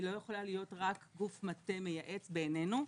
היא לא יכולה להיות רק גוף מטה מייעץ בעינינו.